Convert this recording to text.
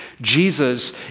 Jesus